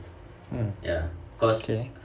mm okay